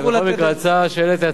היא רשאית.